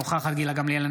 אינה נוכחת גילה גמליאל,